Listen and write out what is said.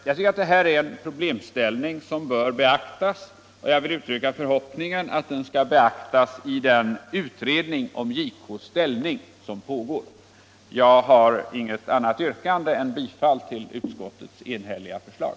Jag anser att detta är en problemställning som bör beaktas, och jag vill uttrycka förhoppningen att det sker i den utredning om JK:s ställning som pågår. Jag har inget annat yrkande än bifall till utskottets enhälliga förslag.